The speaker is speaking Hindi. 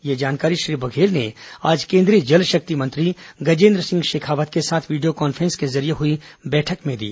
यह जानकारी श्री बघेल ने आज केन्द्रीय जल शक्ति मंत्री गजेंद्र सिंह शेखावत के साथ वीडियो कॉन्फ्रेंस के जरिए हुई बैठक में दी